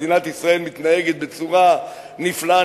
מדינת ישראל מתנהגת בצורה נפלאה.